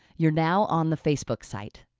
you're now on the facebook site.